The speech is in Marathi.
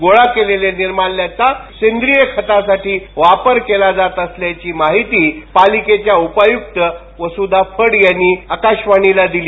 गोळा केलेल्या निर्माल्याचा सेंद्रिय खतासाठी वापर केला जात असल्याची माहिती पालिकेच्या उपायुक्त वसुधा फड यांनी आकाशवाणीला दिली